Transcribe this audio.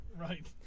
Right